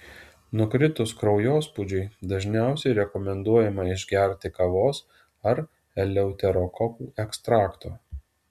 nukritus kraujospūdžiui dažniausiai rekomenduojama išgerti kavos ar eleuterokokų ekstrakto